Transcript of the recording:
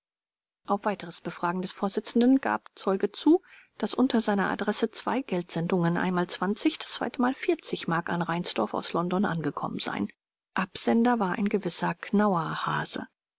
auf weiteres befragen des vorsitzenden gab zeuge zu daß unter seiner adresse zwei geldsendungen einmal mark an reinsdorf aus london angekommen seien absender war ein gewisser knauerhase